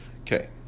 Okay